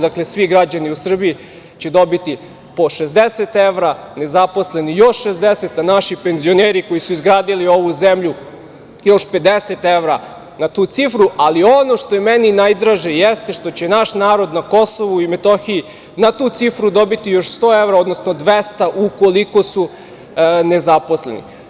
Dakle, svi građani u Srbiji će dobiti po 60 evra, nezaposleni još 60, a naši penzioneri koji su izgradili ovu zemlju još 50 evra na tu cifru, ali ono što je meni najdraže jeste što će naš narod na Kosovu i Metohiji na tu cifru dobiti još 100 evra, odnosno 200 ukoliko su nezaposleni.